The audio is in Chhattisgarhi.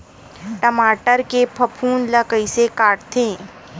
टमाटर के फफूंद ल कइसे हटाथे?